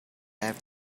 have